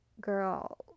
girl